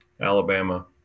Alabama